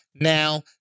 Now